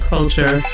Culture